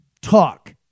talk